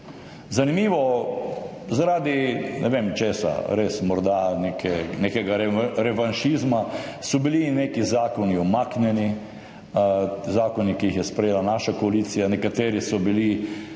Zanimivo, zaradi ne vem česa, morda nekega revanšizma, so bili neki zakoni umaknjeni, zakoni, ki jih je sprejela naša koalicija, nekateri so bili